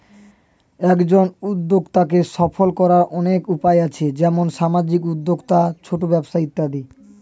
একজন উদ্যোক্তাকে সফল করার অনেক উপায় আছে, যেমন সামাজিক উদ্যোক্তা, ছোট ব্যবসা ইত্যাদি